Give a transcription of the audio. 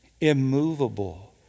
immovable